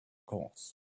course